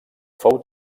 fou